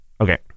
Okay